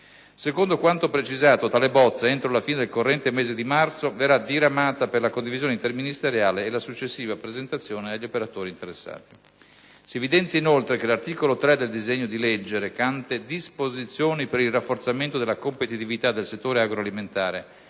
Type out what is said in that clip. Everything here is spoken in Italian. Secondo quanto precisato, tale bozza, entro la fine del corrente mese di marzo, verrà diramata per la condivisione interministeriale e la successiva presentazione agli operatori interessati. Si evidenzia, inoltre, che l'articolo 3 del disegno di legge, recante «Disposizioni per il rafforzamento della competitività del settore agroalimentare»,